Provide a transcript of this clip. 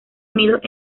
unidos